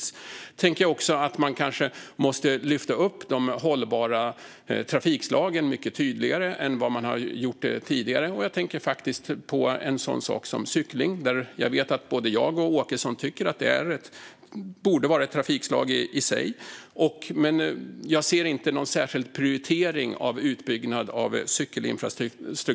Jag tänker också att man kanske måste lyfta upp de hållbara trafikslagen mycket tydligare än vad man har gjort tidigare. Jag tänker faktiskt på en sådan sak som cykling - jag vet att både jag och Åkesson tycker att det borde vara ett trafikslag i sig. Men jag ser inte någon särskild prioritering av utbyggnad av cykelinfrastruktur.